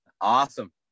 Awesome